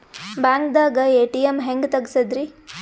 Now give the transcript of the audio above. ಬ್ಯಾಂಕ್ದಾಗ ಎ.ಟಿ.ಎಂ ಹೆಂಗ್ ತಗಸದ್ರಿ?